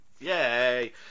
Yay